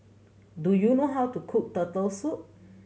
do you know how to cook Turtle Soup